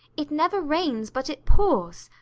it never rains but it pours.